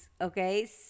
okay